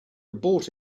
abort